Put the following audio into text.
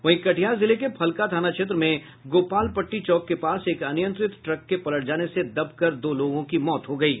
वहीं कटिहार जिले के फलका थाना क्षेत्र में गोपालपट्टी चौक के पास एक अनियंत्रित ट्रक के पलट जाने से दबकर दो लोगों की मौत हो गयी